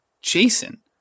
Jason